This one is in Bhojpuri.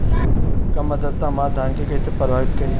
कम आद्रता हमार धान के कइसे प्रभावित करी?